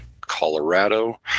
colorado